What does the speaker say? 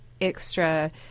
extra